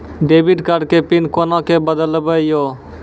Debit card के pin कोना के बदलबै यो?